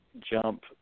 jump